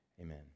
Amen